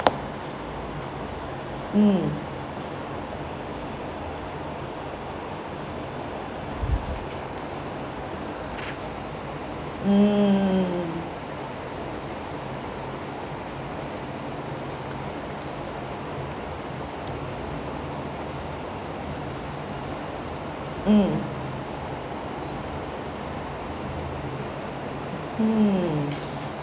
mm mm mm hmm